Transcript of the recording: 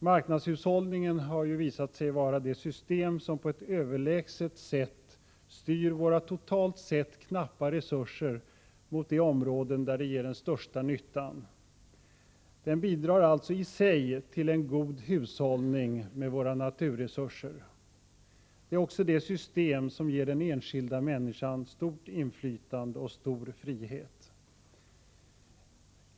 Marknadshushållningen har ju visat sig vara det system som på ett överlägset sätt styr våra totalt sett knappa resurser mot de områden där de gör den största nyttan. Marknadshushållningen bidrar alltså i sig till en god hushållning med våra naturresurser. Det är också det system som ger den enskilda människan stort inflytande och stor frihet.